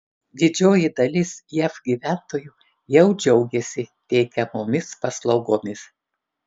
didžioji dalis jav gyventojų jau džiaugiasi teikiamomis paslaugomis